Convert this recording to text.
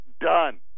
done